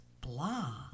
blah